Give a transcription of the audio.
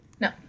No